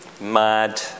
mad